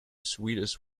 sweetest